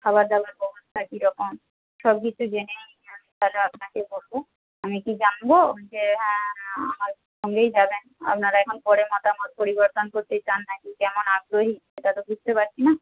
খাবার দাবার ব্যবস্থা কীরকম সব গিছু জেনে আমি তাহলে আপনাকে বলব আমি কি জানবো যে আমার সঙ্গেই যাবেন আপনারা এখন পরে মতামত পরিবর্তন করতে চান না কি কেমন আগ্রহী সেটা তো বুঝতে পারছি না